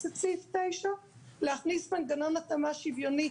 את סעיף 9. להכניס מנגנון התאמה שוויוני,